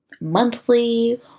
monthly